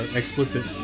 explicit